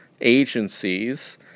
agencies